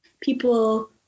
people